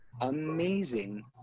amazing